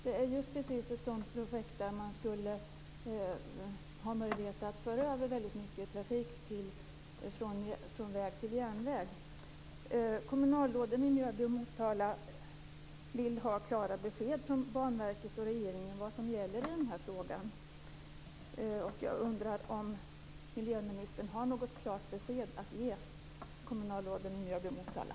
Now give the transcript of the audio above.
Det är precis ett sådant projekt som skulle göra det möjligt att föra över väldigt mycket trafik från väg till järnväg. Kommunalråden i Mjölby och Motala vill ha klara besked från Banverket och regeringen om vad som gäller i den här frågan. Jag undrar om miljöministern har något klart besked att ge kommunalråden i Mjölby och Motala.